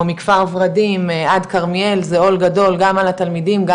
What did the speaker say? או מכפר ורדים עד כרמיאל זה עול גדול גם על התלמידים גם